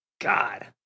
God